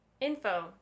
Info